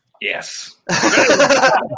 Yes